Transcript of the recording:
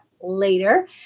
later